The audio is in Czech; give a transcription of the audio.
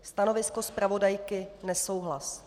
Stanovisko zpravodajky nesouhlas.